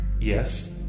Yes